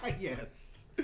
Yes